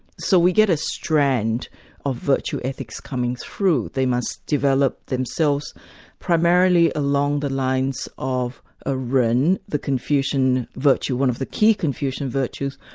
so we get a strand of virtue ethics coming through, they must develop themselves primarily along the lines of ah ren the confucian virtue, one of the key confucian virtues,